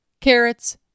carrots